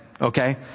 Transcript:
okay